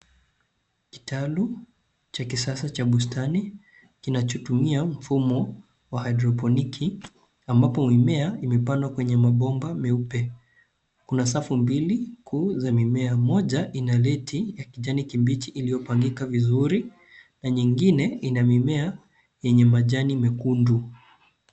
Kitalu cha kisasa cha bustani kinachotumia mfumo wa hydroponic ambapo mimea imepandwa kwenye mabomba meupe. Kuna safu mbili kuu za mimea, moja ina leti ya kijani kibichi iliyopangika vizuri na nyingine ina mimea yenye majani mekundu.